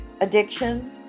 Addiction